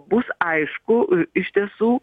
bus aišku iš tiesų